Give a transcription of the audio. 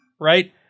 right